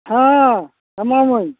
ᱦᱮᱸ ᱮᱢᱟᱢᱟᱹᱧ